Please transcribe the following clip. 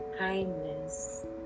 kindness